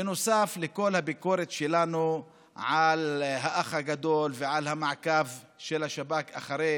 בנוסף לכל הביקורת שלנו על האח הגדול והמעקב של השב"כ אחרי